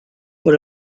por